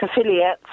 affiliates